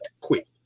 quick